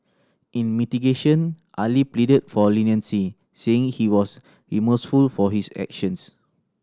in mitigation Ali pleaded for leniency saying he was remorseful for his actions